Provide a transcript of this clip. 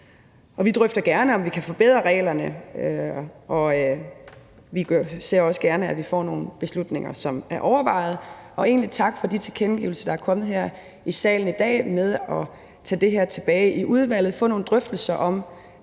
Vi drøfter gerne, om vi kan forbedre reglerne, og vi ser også gerne, at vi får nogle beslutninger, som er overvejet. Og egentlig tak for de tilkendegivelser, der er kommet her i salen i dag, om at tage det her tilbage i udvalget og få nogle drøftelser om,